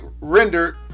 rendered